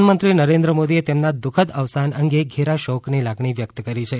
પ્રધાનમંત્રી નરેન્દ્ર મોદીએ તેમના દુઃખદ અવસાન અંગે ઘેરા શોકની લાગણી વ્યકત કરી છે